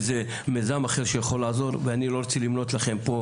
או לאיזה מיזם אחר שיכול לעזור ואני לא רוצה למנות לכם פה,